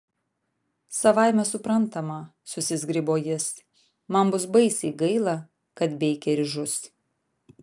savaime suprantama susizgribo jis man bus baisiai gaila kad beikeris žus